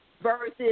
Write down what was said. versus